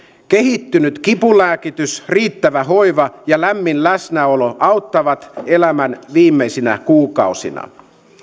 kehittynyt kipulääkitys riittävä hoiva ja lämmin läsnäolo auttavat elämän viimeisinä kuukausina